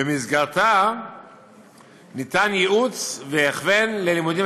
ובמסגרתה ניתן ייעוץ והכוון ללימודים